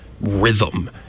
rhythm